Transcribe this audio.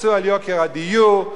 יצאו על יוקר הדיור,